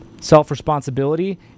self-responsibility